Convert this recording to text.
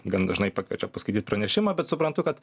gan dažnai pakviečia paskaityti pranešimą bet suprantu kad